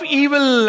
evil